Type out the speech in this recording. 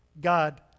God